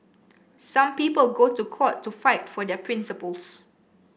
some people go to court to fight for their principles